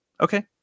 okay